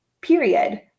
period